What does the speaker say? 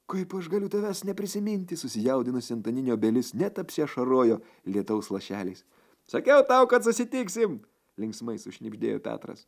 kaip aš galiu tavęs neprisiminti susijaudinusi antaninė obelis net apsiašarojo lietaus lašeliais sakiau tau kad susitiksim linksmai sušnibždėjo petras